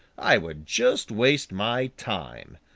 i would just waste my time.